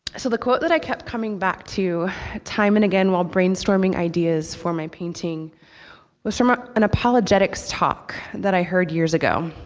so the quote that i kept coming back to time and again while brainstorming ideas for my painting was from ah an apologetics talk that i heard years ago.